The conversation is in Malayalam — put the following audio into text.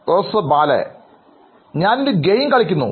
പ്രൊഫസർബാല ഞാൻ ഒരു ഗെയിം കളിക്കുന്നു